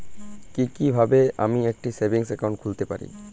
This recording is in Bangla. কি কিভাবে আমি একটি সেভিংস একাউন্ট খুলতে পারি?